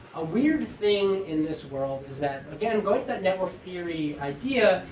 a weird thing in this world is that, again, going to that network theory idea,